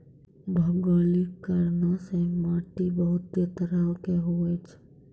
भौगोलिक कारणो से माट्टी बहुते तरहो के होय छै